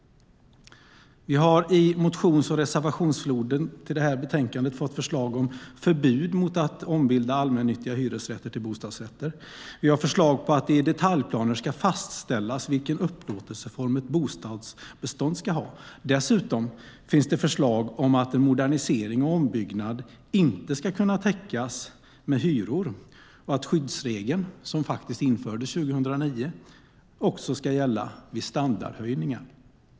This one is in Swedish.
Vi har i motions och reservationsfloden till det här betänkandet fått förslag om förbud mot att ombilda allmännyttiga hyresrätter till bostadsrätter. Vi har förslag på att det i detaljplaner ska fastställas vilken upplåtelseform ett bostadsbestånd ska ha. Dessutom finns det förslag om att modernisering och ombyggnad inte ska kunna täckas med hyror och att skyddsregeln, som faktiskt infördes 2009, också ska gälla vid standardhöjningar.